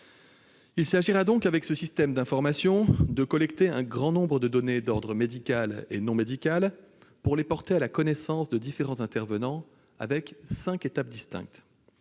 reviendrai. Avec ce système d'information, il s'agit de collecter un grand nombre de données d'ordre médical et non médical pour les porter à la connaissance de différents intervenants, avec cinq étapes distinctes.